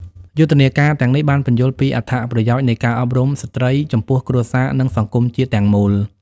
យុទ្ធនាការទាំងនេះបានពន្យល់ពីអត្ថប្រយោជន៍នៃការអប់រំស្ត្រីចំពោះគ្រួសារនិងសង្គមជាតិទាំងមូល។